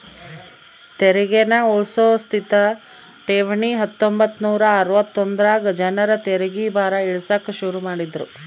ತೆರಿಗೇನ ಉಳ್ಸೋ ಸ್ಥಿತ ಠೇವಣಿ ಹತ್ತೊಂಬತ್ ನೂರಾ ಅರವತ್ತೊಂದರಾಗ ಜನರ ತೆರಿಗೆ ಭಾರ ಇಳಿಸಾಕ ಶುರು ಮಾಡಿದ್ರು